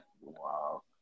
Wow